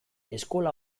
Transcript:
eskola